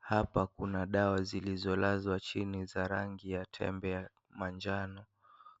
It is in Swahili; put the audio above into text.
Hapa kuna dawa zilizolazwa chini za rangi ya tembe ya manjano .